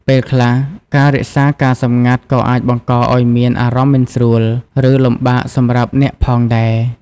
ពេលខ្លះ ការរក្សាការសម្ងាត់ក៏អាចបង្កឱ្យមានអារម្មណ៍មិនស្រួល ឬលំបាកសម្រាប់អ្នកផងដែរ។